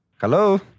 Hello